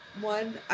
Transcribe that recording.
One